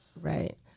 Right